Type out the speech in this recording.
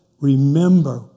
Remember